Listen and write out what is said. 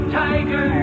tiger